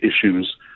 issues